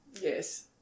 yes